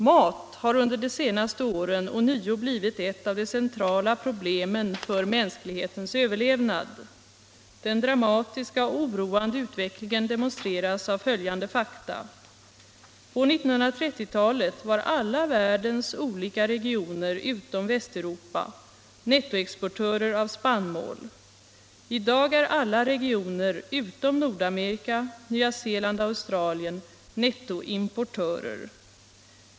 Mat har under de senaste åren ånyo blivit ett av de centrala problemen för mänsklighetens överlevnad. Den dramatiska och oroande utvecklingen demonstreras av följande fakta. På 1930-talet var alla världens olika regioner, utom Västeuropa, nettoexportörer av spannmål. I dag är alla regioner utom Nordamerika och Nya Zeeland/Australien nettoimportörer.